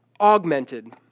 augmented